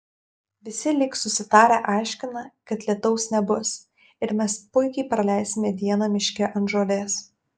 visi lyg susitarę aiškina kad lietaus nebus ir mes puikiai praleisime dieną miške ant žolės